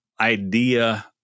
idea